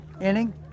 inning